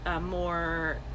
more